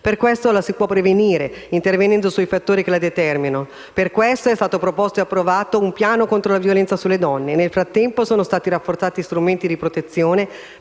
Per questo la si può prevenire, intervenendo sui fattori che la determinano. Per questo è stato proposto e approvato un piano contro la violenza sulle donne. E nel frattempo sono stati rafforzati strumenti di protezione,